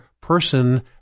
person